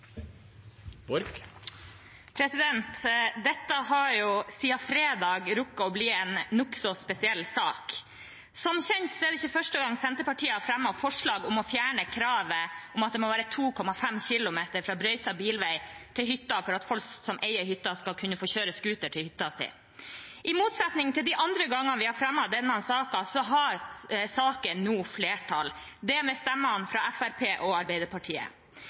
Dette har siden fredag rukket å bli en nokså spesiell sak. Som kjent er det ikke første gang Senterpartiet fremmer forslag om å fjerne kravet om at det må være 2,5 km fra brøytet bilvei til hytta for at folk som eier hytta, skal kunne få kjøre scooter til hytta si. I motsetning til de andre gangene vi har fremmet denne saken, har saken nå flertall – det med stemmene fra Fremskrittspartiet og Arbeiderpartiet.